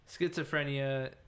Schizophrenia